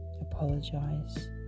apologize